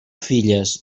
filles